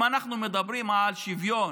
אם אנחנו מדברים על שוויון,